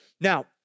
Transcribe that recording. Now